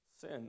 Sin